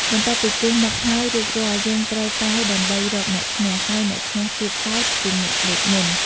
បន្ទាប់ពីគូសមឹកហើយរួចរាល់យើងត្រូវប៉ាវដើម្បីរកអ្នកឈ្នះ ហើយអ្នកឈ្នះទៀតសោតជាអ្នកលោតមុន។